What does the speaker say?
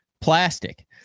plastic